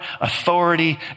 authority